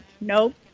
Nope